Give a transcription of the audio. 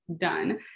done